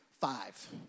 five